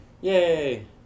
Yay